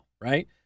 Right